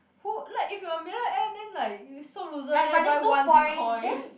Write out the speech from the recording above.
who like if you are a millionaire then like you so loser meh buy one Bitcoin